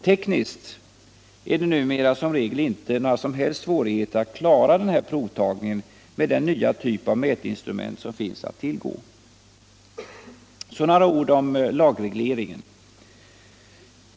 Tekniskt är det numera Fylleristraffets som regel inte några svårigheter att klara den här provtagningen med Så några ord om lagregleringen.